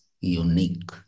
unique